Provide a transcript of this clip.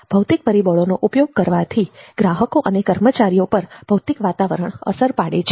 ભૌતિક પરિબળોનો ઉપયોગ કરવાથી ગ્રાહકો અને કર્મચારીઓ પર ભૌતિક વાતાવરણ અસર પાડે છે